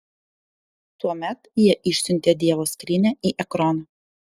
tuomet jie išsiuntė dievo skrynią į ekroną